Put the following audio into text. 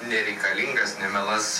nereikalingas nemielas